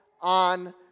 on